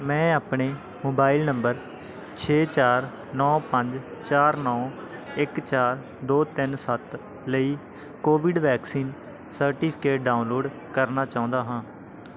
ਮੈਂ ਆਪਣੇ mobile number ਛੇ ਚਾਰ ਨੌ ਪੰਜ ਚਾਰ ਨੌ ਇੱਕ ਚਾਰ ਦੋ ਤਿੰਨ ਸੱਤ ਲਈ ਕੋਵਿਡ ਵੈਕਸੀਨ ਸਰਟੀਫਿਕੇਟ ਡਾਊਨਲੋਡ ਕਰਨਾ ਚਾਹੁੰਦਾ ਹਾਂ